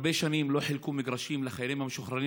הרבה שנים לא חילקו מגרשים לחיילים המשוחררים